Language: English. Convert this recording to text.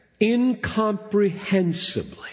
incomprehensibly